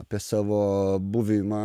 apie savo buvimą